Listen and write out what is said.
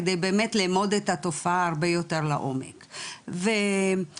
כדי באמת לאמוד את התופעה הרבה יותר לעומק וכל